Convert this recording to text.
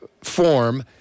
form